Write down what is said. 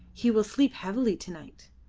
he will sleep heavily to-night.